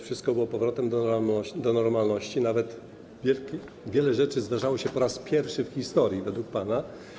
Wszystkie było powrotem do normalności, nawet wiele rzeczy zdarzało się po raz pierwszy w historii według pana.